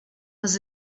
was